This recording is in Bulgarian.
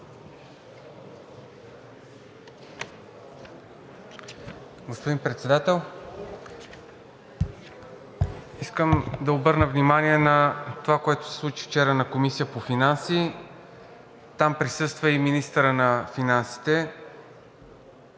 Господин Председател, искам да обърна внимание на това, което се случи вчера на Комисията по финанси. Там присъства и министърът на финансите.